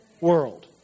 world